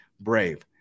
brave